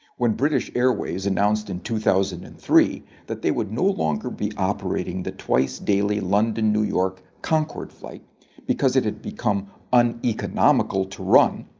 when british airways announced in two thousand and three that they would no longer be operating the twice daily london-new york concorde flight because it had become uneconomical to run,